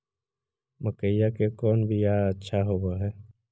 मकईया के कौन बियाह अच्छा होव है?